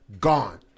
gone